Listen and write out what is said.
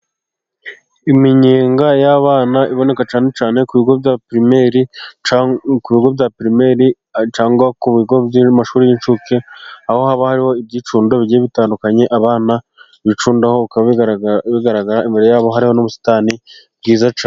Iminyega y'abana iboneka cyane cyane ku bigo bya pirimeri, ku bigo bya pirimeri cyangwa ku bigo by'amashuri y'inshuke, aho haba hariho ibyicundo bigiye bitandukanye abana bicundaho, bikaba bigaragara imbere yabo harimo n'ubusitani bwiza cyane.